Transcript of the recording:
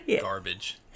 garbage